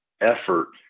effort